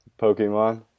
Pokemon